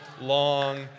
long